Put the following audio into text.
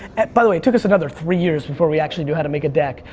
by the way, it took us another three years before we actually knew how to make a deck.